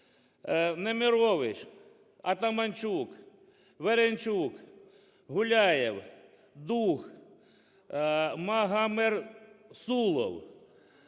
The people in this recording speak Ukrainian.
Немирович, Атаманчук, Веринчук, Гуляєв, Дуг, Магамедрасулов,